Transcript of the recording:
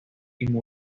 privada